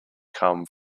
come